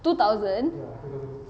two thousand